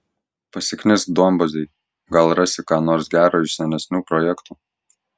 pasiknisk duombazėj gal rasi ką nors gero iš senesnių projektų